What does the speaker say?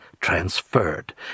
transferred